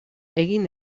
egin